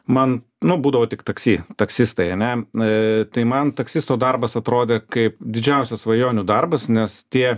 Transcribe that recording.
man nu būdavo tik taksi taksistai ane na tai man taksisto darbas atrodė kaip didžiausias svajonių darbas nes tie